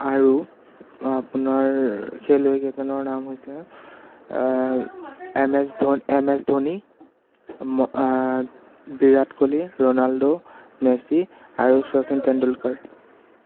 আৰু আপোনাৰ খেলুৱৈ কেইজনৰ নাম হৈছে এম এচ ধো M S Dhoni Virat Kohli Ronaldo Messi আৰু শচীন টেণ্ডুলকাৰ